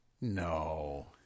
No